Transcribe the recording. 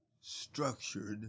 structured